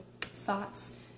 thoughts